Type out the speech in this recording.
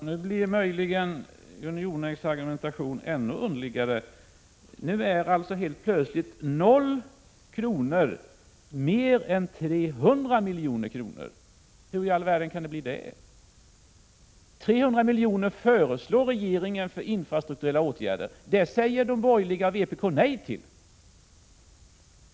Fru talman! Nu blir Gunnel Jonängs argumentation möjligen ännu underligare. Nu är helt plötsligt O kr. mer än 300 milj.kr. Hur i all världen kan det bli det? Regeringen föreslår 300 miljoner till infrastrukturella åtgärder. Det säger de borgerliga och vpk nej till.